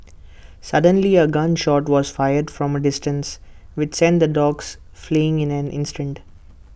suddenly A gun shot was fired from A distance which sent the dogs fleeing in an instant